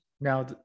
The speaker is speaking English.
Now